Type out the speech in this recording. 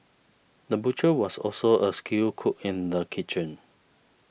the butcher was also a skilled cook in the kitchen